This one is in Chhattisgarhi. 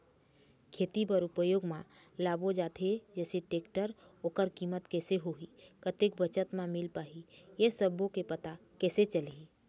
खेती बर उपयोग मा लाबो जाथे जैसे टेक्टर ओकर कीमत कैसे होही कतेक बचत मा मिल पाही ये सब्बो के पता कैसे चलही?